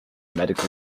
medical